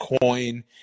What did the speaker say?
coin